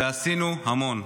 ועשינו המון.